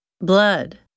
Blood